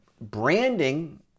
Branding